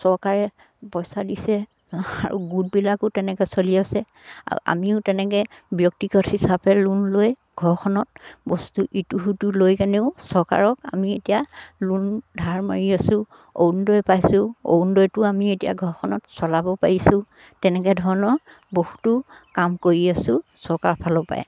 চৰকাৰে পইচা দিছে আৰু গোটবিলাকো তেনেকে চলি আছে আউ আমিও তেনেকে ব্যক্তিগত হিচাপে লোন লৈ ঘৰখনত বস্তু ইটো সিটো লৈ কেনেও চৰকাৰক আমি এতিয়া লোন ধাৰ মাৰি আছোঁ অৰুণোদয় পাইছোঁ অৰুণোদয় আমি এতিয়া ঘৰখনত চলাব পাৰিছোঁ তেনেকে ধৰণৰ বহুতো কাম কৰি আছোঁ চৰকাৰৰ ফালৰ পৰাই